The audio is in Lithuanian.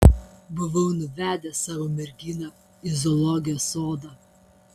buvau nuvedęs savo merginą į zoologijos sodą